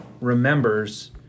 remembers